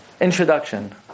Introduction